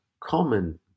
common